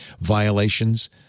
violations